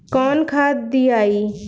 कौन खाद दियई?